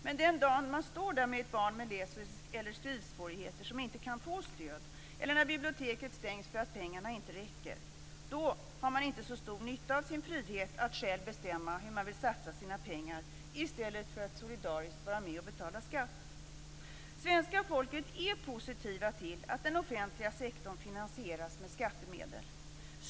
Men den dag man står där med ett barn med läs eller skrivsvårigheter som inte får stöd, eller när biblioteket stängs för att pengarna inte räcker, har man inte så stor nytta av sin frihet att själv bestämma hur man vill satsa sina pengar i stället för att solidariskt vara med och betala skatt. Svenska folket är positivt till att den offentliga sektorn finansieras med skattemedel.